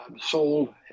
sold